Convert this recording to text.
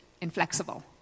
inflexible